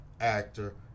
actor